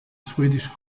swedish